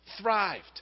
thrived